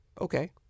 Okay